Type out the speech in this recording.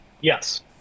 Yes